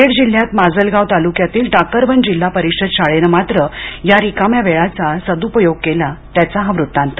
बीड जिल्ह्यात माजलगाव तालुक्यातील टाकरवन जिल्हा परिषद शाळेनं मात्र या रिकाम्या वेळाचा सदूपयोग केला त्याचा हा वृत्तांत